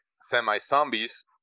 semi-zombies